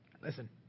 Listen